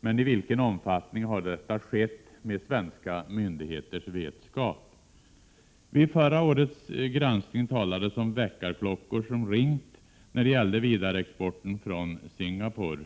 men i vilken omfattning har detta skett med svenska myndigheters vetskap? Vid förra årets granskning talades om väckarklockor som hade ringt när det gällde vidareexporten från Singapore.